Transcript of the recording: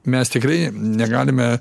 mes tikrai negalime